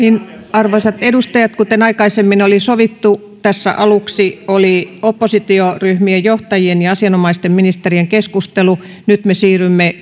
arvoisat edustajat kuten aikaisemmin oli sovittu tässä aluksi oli oppositioryhmien johtajien ja asianomaisten ministerien keskustelu nyt me siirrymme